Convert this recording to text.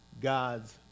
God's